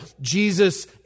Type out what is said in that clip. Jesus